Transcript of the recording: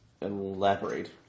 Elaborate